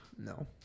No